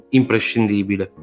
imprescindibile